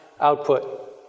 output